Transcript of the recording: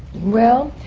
well,